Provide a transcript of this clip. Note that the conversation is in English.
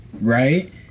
right